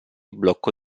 blocco